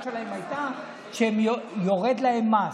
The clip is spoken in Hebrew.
להפך, אחת הטענות שלהם הייתה שיורד להם מס.